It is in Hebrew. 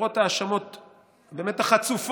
למרות ההאשמות הבאמת-חצופות,